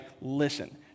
listen